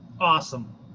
Awesome